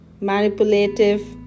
manipulative